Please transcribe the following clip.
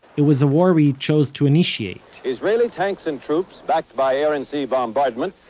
it was a war we chose to initiate israeli tanks and troops, backed by air and sea bombardment,